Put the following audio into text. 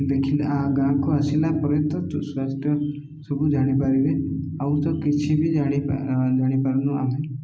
ଦେଖିଲା ଗାଁକୁ ଆସିଲା ପରେ ତ ସ୍ୱାସ୍ଥ୍ୟ ସବୁ ଜାଣିପାରିବେ ଆଉ ତ କିଛି ବି ଜାଣି ଜାଣିପାରୁନୁ ଆମେ